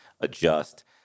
adjust